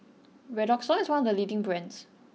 Redoxon is one of the leading brands